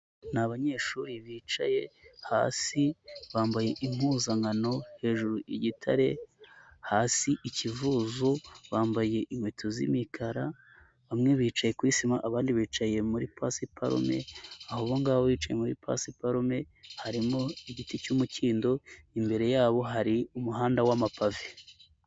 Na banyeshuri bicaye hasi, bambaye impuzankano, hejuru 'gitare, hasi ikijuju, bambaye inkweto z'imikara, bamwe bicaye kuri sima, abandi bicaye muri pasiparume, aho ngaho bicaye muri pasiparume, harimo igiti cy'umukindo, imbere yabo hari umuhanda w'amapave.